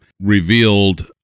revealed